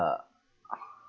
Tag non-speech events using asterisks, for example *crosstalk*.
uh *noise*